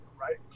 right